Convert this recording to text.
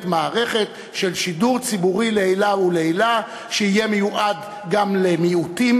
מערכת של שידור ציבורי לעילא ולעילא שיהיה מיועד גם למיעוטים,